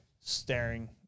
staring